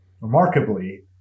remarkably